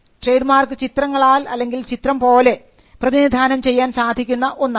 trade mark ചിത്രങ്ങളാൽ അല്ലെങ്കിൽ ചിത്രം പോലെ പ്രതിനിധാനം ചെയ്യാൻ സാധിക്കുന്ന ഒന്നാണ്